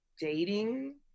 dating